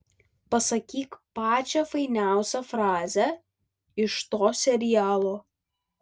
pasakyk pačią fainiausią frazę iš to serialo